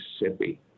Mississippi